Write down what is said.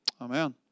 Amen